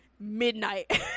midnight